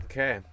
Okay